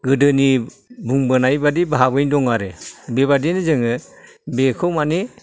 गोदोनि बुंबोनाय बादि भाबैनो दं आरो बेबायदिनो जोङो बेखौ माने